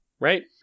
right